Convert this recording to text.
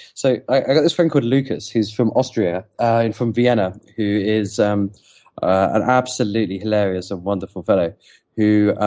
so i've got this friend called lucas. he's from austria, and from vienna, who is um an absolutely hilarious and wonderful fellow who.